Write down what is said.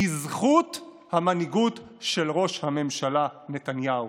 בזכות המנהיגות של ראש הממשלה נתניהו.